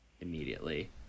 immediately